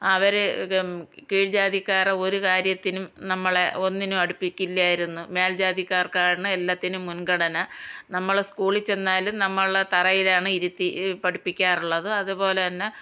അവർ കീഴ്ജാതിക്കാരെ ഒരു കാര്യത്തിനും നമ്മളെ ഒന്നിനും അടുപ്പിക്കില്ലായിരുന്നു മേൽജാതിക്കാർക്കാണ് എല്ലാത്തിനും മുൻഗണന നമ്മൾ സ്കൂളിൽ ചെന്നാലും നമ്മളെ തറയിലാണ് ഇരുത്തി പഠിപ്പിക്കാറുള്ളത് അതുപോലെ തന്നെ